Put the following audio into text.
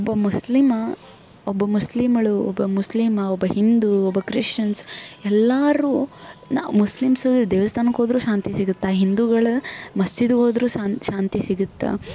ಒಬ್ಬ ಮುಸ್ಲಿಮ ಒಬ್ಬ ಮುಸ್ಲಿಮಳು ಒಬ್ಬ ಮುಸ್ಲಿಮ ಒಬ್ಬ ಹಿಂದೂ ಒಬ್ಬ ಕ್ರಿಶ್ಚಿಯನ್ಸ್ ಎಲ್ಲರೂ ನ ಮುಸ್ಲಿಮ್ಸ್ ದೇವಸ್ಥಾನಕ್ಕೆ ಹೋದ್ರೂ ಶಾಂತಿ ಸಿಗುತ್ತಾ ಹಿಂದೂಗಳು ಮಸೀದಿಗೆ ಹೋದ್ರು ಶಾಂತಿ ಸಿಗುತ್ತೆ